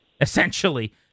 essentially